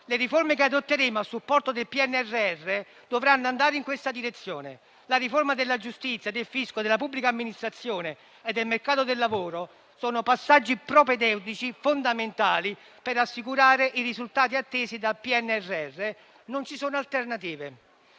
Le riforme che adotteremo a supporto del PNRR dovranno andare in questa direzione. La riforma della giustizia, del fisco, della pubblica amministrazione e del mercato del lavoro sono passaggi propedeutici fondamentali per assicurare i risultati attesi dal PNRR; non ci sono alternative.